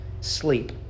Sleep